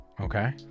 Okay